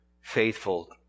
faithful